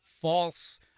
false